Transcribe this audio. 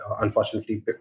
unfortunately